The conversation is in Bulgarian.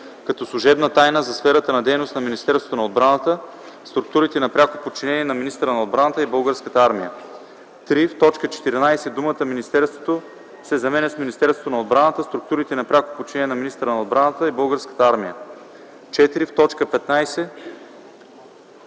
като служебна тайна, за сферата на дейност на Министерството на отбраната, структурите на пряко подчинение на министъра на отбраната и Българската армия;”. 3. В т. 14 думата „министерството” се заменя с „Министерството на отбраната, структурите на пряко подчинение на министъра на отбраната и Българската армия”.